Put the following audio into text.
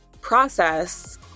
process